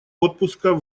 отпуска